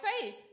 faith